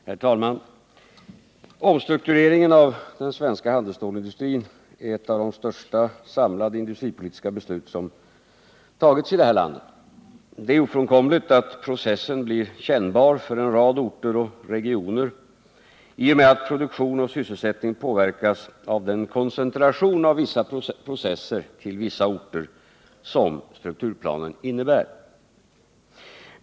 Herr talman! Omstruktureringen av den svenska handelsstålindustrin är en av de största samlade industripolitiska beslut som har fattats i det här landet. Det är ofrånkomligt att processen blir kännbar för en rad orter och regioner i och med att produktion och sysselsättning påverkas av den koncentration av vissa processer till vissa orter som strukturplanen innebär.